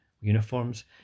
uniforms